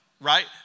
Right